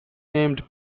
named